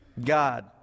God